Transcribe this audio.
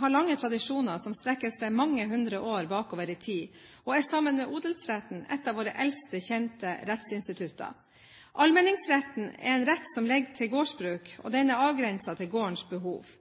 har lange tradisjoner som strekker seg mange hundre år bakover i tid, og er, sammen med odelsretten, ett av våre eldste kjente rettsinstitutter. Allmenningsretten er en rett som ligger til gårdsbruk, og den er avgrenset til gårdens behov.